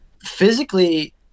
Physically